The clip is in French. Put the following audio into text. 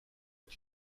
est